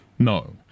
No